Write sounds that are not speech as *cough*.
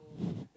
*breath*